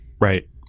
Right